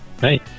Hey